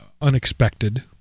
unexpected